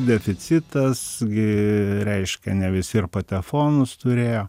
deficitas gi reiškia ne visi ir patefonus turėjo